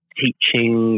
teaching